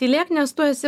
tylėk nes tu esi